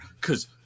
Cause